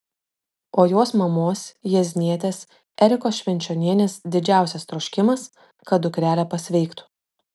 o jos mamos jieznietės erikos švenčionienės didžiausias troškimas kad dukrelė pasveiktų